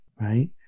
right